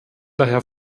daher